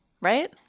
right